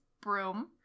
broom